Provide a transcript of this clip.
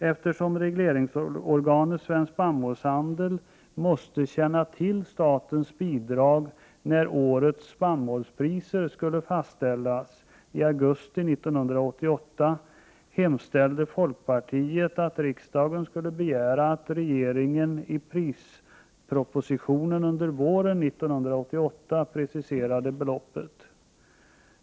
Eftersom regleringsorganet Svensk spannmålshandel måste känna till statens bidrag när årets spannmålspriser skulle fastställas i augusti 1988, hemställde folkpartiet att riksdagen skulle begära att regeringen i prisregleringspropositionen under våren 1988 preciserade beloppet.